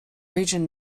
region